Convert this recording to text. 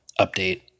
update